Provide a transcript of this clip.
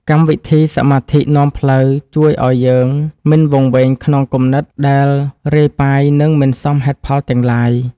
កម្មវិធីសមាធិនាំផ្លូវជួយឱ្យយើងមិនវង្វេងក្នុងគំនិតដែលរាយប៉ាយ និង មិនសមហេតុផលទាំងឡាយ។